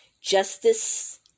justice